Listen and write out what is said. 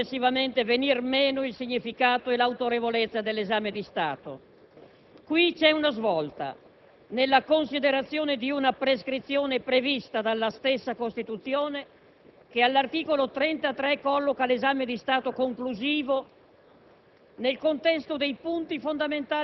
che, secondo l'opinione comune, ha visto progressivamente venir meno il significato e l'autorevolezza dell'esame di Stato. Qui c'è una svolta, nella considerazione di una prescrizione prevista dalla stessa Costituzione, che all'articolo 33 colloca l'esame di Stato conclusivo